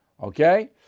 Okay